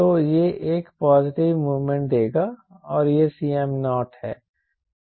तो यह एक पॉजिटिव मोमेंट देगा और यह Cm0 है